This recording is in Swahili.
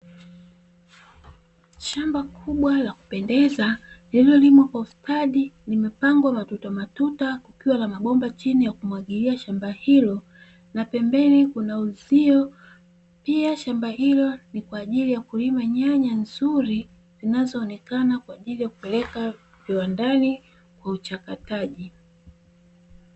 Shamba kubwa la kupendeza lililolimwa kwa ustadi, limepangwa matuta matuta. Pia la mabomba chini ya kumwagilia shamba hilo. Na pembeni kuna uzio. Pia shamba hilo ni kwa ajili ya kulima nyanya nzuri zinazoonekana kwa ajili ya kupeleka kiwandani kwa uchakataji.